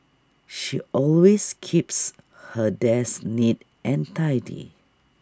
she always keeps her desk neat and tidy